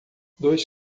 dois